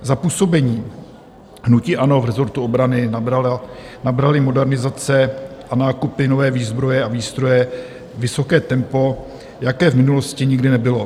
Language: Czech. Za působení hnutí ANO v rezortu obranu nabraly modernizace a nákupy nové výzbroje a výstroje vysoké tempo, jaké v minulosti nikdy nebylo.